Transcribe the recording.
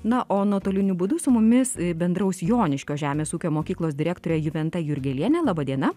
na o nuotoliniu būdu su mumis bendraus joniškio žemės ūkio mokyklos direktorė juventa jurgelienė laba diena